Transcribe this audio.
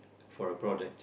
for a project